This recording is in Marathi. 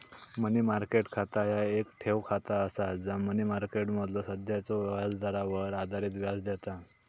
मनी मार्केट खाता ह्या येक ठेव खाता असा जा मनी मार्केटमधलो सध्याच्यो व्याजदरावर आधारित व्याज देता